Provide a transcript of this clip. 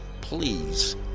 please